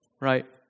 right